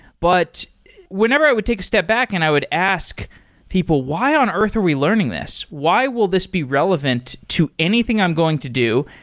but whenever i would take a step back and i would ask people, why on earth are we learning this? why will this be relevant to anything i'm going to do?